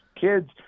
kids